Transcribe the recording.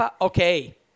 Okay